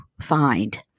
find